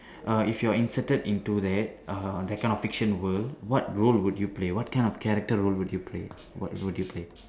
err if you're inserted into that uh that kind of fiction world what role would you play what kind of character role would you play what would you play